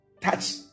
touch